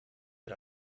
per